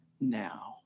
now